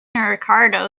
ricardo